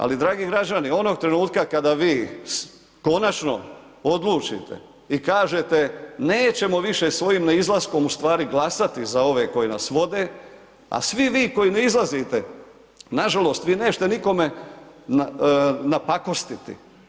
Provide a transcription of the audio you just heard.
Ali dragi građani, onog trenutka kada vi konačno odlučite i kažete nećemo više svojim neizlaskom ustvari glasati za ove koji nas vode, a svi vi koji ne izlazite, nažalost, vi nećete nikome napakostiti.